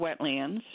wetlands